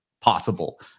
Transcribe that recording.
possible